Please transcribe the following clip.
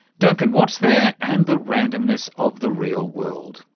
duncan watts there, and the randomness of the real world.